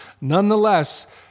nonetheless